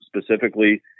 specifically